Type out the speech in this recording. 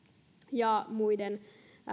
ja muiden